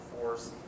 force